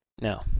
No